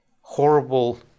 horrible